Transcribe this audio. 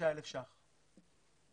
כ-35,000 שקלים.